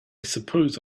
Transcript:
suppose